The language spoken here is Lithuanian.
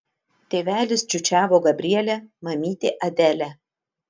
tėvelis čiūčiavo gabrielę mamytė adelę